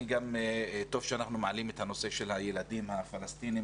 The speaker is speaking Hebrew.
טוב שאנחנו מעלים את הנושא של הילדים הפלסטינים